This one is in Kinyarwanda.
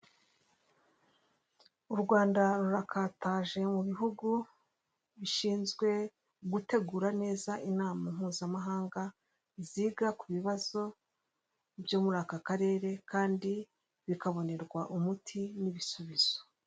U Rwanda rurakataje mu bihugu bishinzwe gutegura neza inama mpuzamahanga ziga ku bibazo byo muri aka karere kandi bikabonerwa umuti n'ibisubizo.